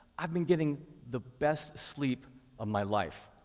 i've been getting the best sleep of my life.